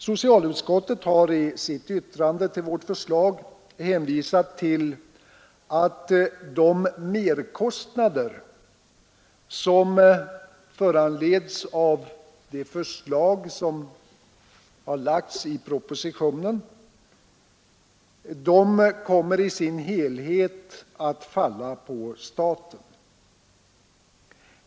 Socialutskottet har i sitt yttrande över vårt förslag hänvisat till att de merkostnader, som föranleds av förslagen i propositionen, i sin helhet kommer att falla på staten.